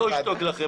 אני לא אשתוק לכם.